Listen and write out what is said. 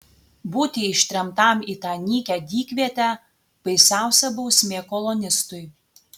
būti ištremtam į tą nykią dykvietę baisiausia bausmė kolonistui